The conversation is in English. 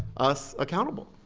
us, accountable,